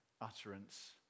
utterance